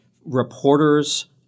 reporters